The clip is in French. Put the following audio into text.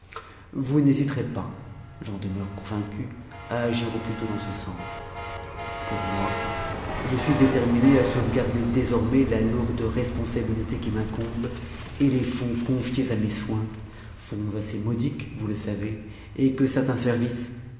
vous n'hésiterez pas j'en demeure convaincu à agir au plus tôt dans ce sens pour moi je suis déterminé à sauvegarder désormais la lourde responsabilité qui m'incombe et les fonds confiés à mes soins fonds assez modiques vous le savez et que certains services